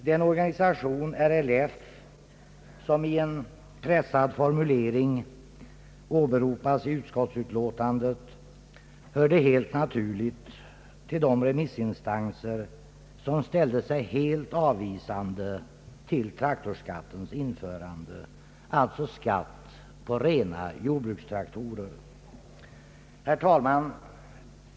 Den organisation, RLF, som i en pressad formulering åberopas i utskottsutlåtandet, hörde helt naturligt till de remissinstanser som ställde sig helt avvisande till traktorskattens införande, d.v.s. skatt på rena jordbrukstraktorer. Herr talman!